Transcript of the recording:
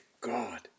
God